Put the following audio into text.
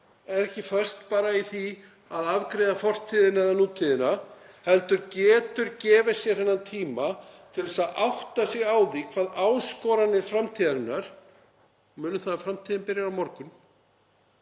er ekki föst bara í því að afgreiða fortíðina eða nútíðina heldur getur gefið sér tíma til að átta sig á því hverjar áskoranir framtíðarinnar eru. Og munum að framtíðin byrjar á morgun.